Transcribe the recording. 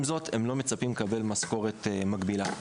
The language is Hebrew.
עם זאת הם לא מצפים לקבל משכורת מקבילה.